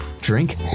drink